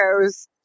goes